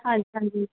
ਹਾਂਜੀ ਹਾਂਜੀ